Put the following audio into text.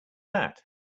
that